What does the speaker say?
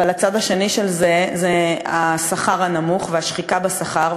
אבל הצד השני זה השכר הנמוך והשחיקה בשכר,